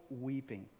weeping